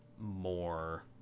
more